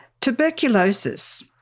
Tuberculosis